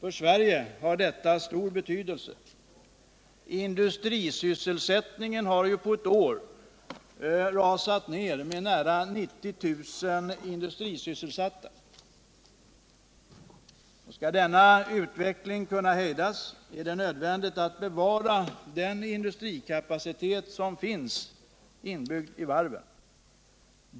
En sådan har stor betydelse för Sverige. Industrisysselsättningen har ju på ett år rasat ner med nära 90 000 industrisysselsatta. Om denna utveckling skall kunna hejdas, är det nödvändigt att bevara den industrikapacitet som finns inbyggd i varven.